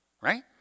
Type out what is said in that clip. right